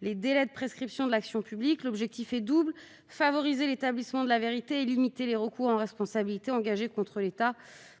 les délais de prescription de l'action publique. L'objectif est double : favoriser l'établissement de la vérité et limiter les recours en responsabilité engagés contre l'État